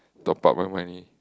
talk about when when he